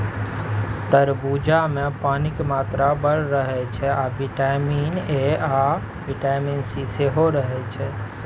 तरबुजामे पानिक मात्रा बड़ रहय छै आ बिटामिन ए आ बिटामिन सी सेहो रहय छै